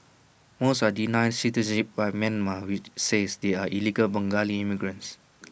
most are denied citizenship by Myanmar which says they are illegal Bengali immigrants